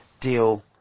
deal